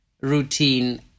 routine